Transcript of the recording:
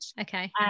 Okay